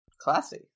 Classy